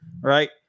right